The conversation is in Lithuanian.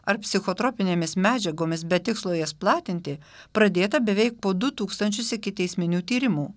ar psichotropinėmis medžiagomis be tikslo jas platinti pradėta beveik po du tūkstančius ikiteisminių tyrimų